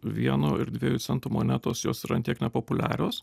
vieno ir dviejų centų monetos jos yra ant tiek nepopuliarios